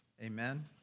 Amen